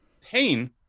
Pain